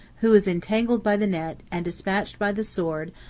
who was entangled by the net, and despatched by the sword,